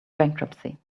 bankruptcy